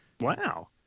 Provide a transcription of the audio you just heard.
Wow